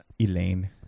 Elaine